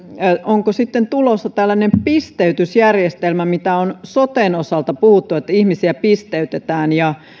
onko sitten tulossa tällainen pisteytysjärjestelmä mistä on soten osalta puhuttu että ihmisiä pisteytetään ja